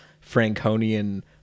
Franconian